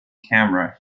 camera